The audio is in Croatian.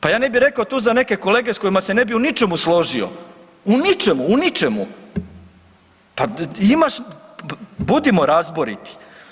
Pa ja ne bi rekao to za neke kolege s kojima se ne bi u ničemu složio, u ničemu, u ničemu, pa imaš, budimo razboriti.